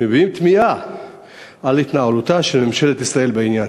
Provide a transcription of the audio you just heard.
מביעים תמיהה על התנהלותה של ממשלת ישראל בעניין.